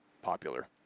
popular